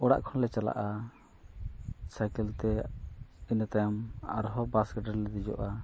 ᱚᱲᱟᱜ ᱠᱷᱚᱱ ᱞᱮ ᱪᱟᱞᱟᱜᱼᱟ ᱛᱮ ᱤᱱᱟᱹ ᱛᱟᱭᱚᱢ ᱟᱨᱦᱚᱸ ᱨᱮᱞᱮ ᱫᱮᱡᱚᱜᱼᱟ